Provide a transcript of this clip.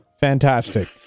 Fantastic